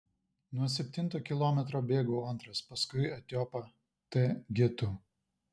nuo septinto kilometro bėgau antras paskui etiopą t getu